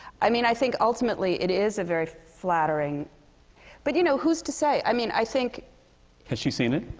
i mean, i think ultimately, it is a very flattering but you know, who's to say? i mean, i think has she seen it?